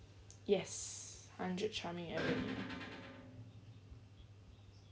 yes hundred charming avenue